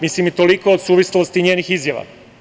Mislim i toliko od suvislosti njenih izjava.